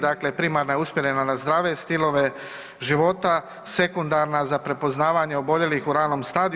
Dakle, primarna je usmjerena na zdrave stilove života, sekundarna za prepoznavanje oboljelih u ranom stadiju.